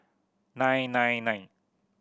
nine nine nine